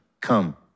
come